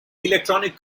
electronic